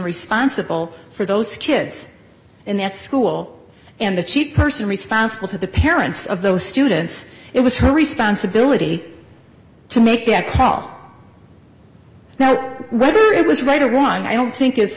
responsible for those kids in that school and the chief person responsible to the parents of those students it was her responsibility to make that call now whether it was right or wrong i don't think i